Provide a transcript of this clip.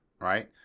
right